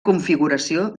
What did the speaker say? configuració